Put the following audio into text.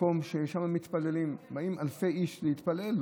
מקום שבו מתפללים, באים אלפי איש להתפלל.